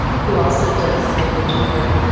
who also does emoji work.